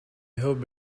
hope